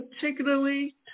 particularly